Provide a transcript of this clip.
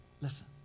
Listen